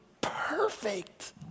perfect